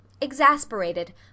Exasperated